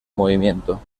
movimiento